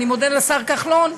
אני מודה לשר כחלון.